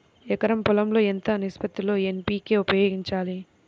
ఎకరం పొలం లో ఎంత నిష్పత్తి లో ఎన్.పీ.కే ఉపయోగించాలి?